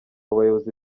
abayobozi